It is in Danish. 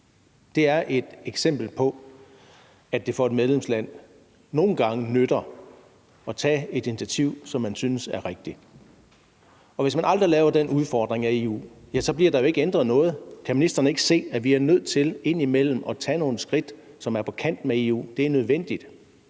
Det er et eksempel på, at det for et medlemsland nogle gange nytter at tage et initiativ, som man synes er rigtigt. Og hvis man aldrig laver den udfordring af EU, bliver der jo ikke ændret noget. Kan ministeren ikke se, at vi er nødt til indimellem at tage nogle skridt, som er på kant med EU? Det er nødvendigt.